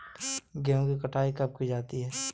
गेहूँ की कटाई कब की जाती है?